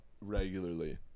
regularly